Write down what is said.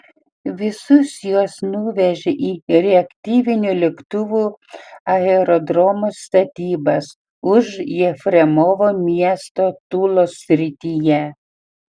visus juos nuvežė į reaktyvinių lėktuvų aerodromo statybas už jefremovo miesto tulos srityje